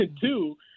two